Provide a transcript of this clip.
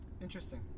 Interesting